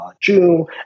June